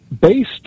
based